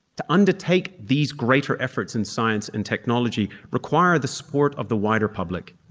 to undertake these greater efforts in science and technology required the support of the wider public,